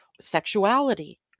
sexuality